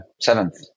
seventh